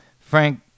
Frank